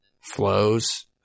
flows